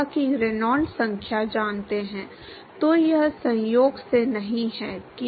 तो इसलिए उन्होंने पाया कि कुछ स्थिरता को शक्ति n से गुणा किया जाना चाहिए और प्रांटल को n की शक्ति से गुणा किया जाना चाहिए